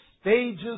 stages